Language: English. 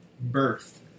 birth